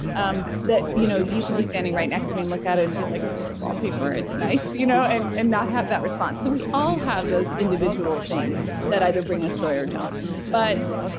um that you know you could be standing right next to me and look at it and be like it's wallpaper. it's nice, you know and and not have that response. so we all have those individual things that either bring us joy or don't but,